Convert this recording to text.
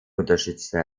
unterstützte